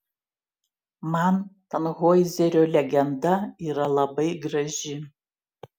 man tanhoizerio legenda yra labai graži